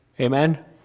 Amen